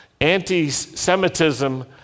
Anti-Semitism